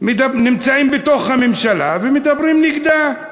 נמצאים בתוך הממשלה ומדברים נגדה.